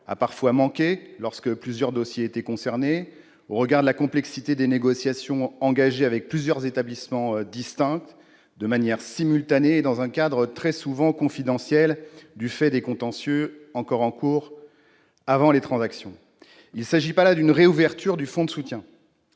a parfois manqué lorsque plusieurs dossiers étaient concernés, au regard de la complexité des négociations engagées avec plusieurs établissements distincts de manière simultanée et dans un cadre très souvent confidentiel du fait des contentieux encore en cours avant les transactions. Il s'agit là non pas d'une réouverture du fonds de soutien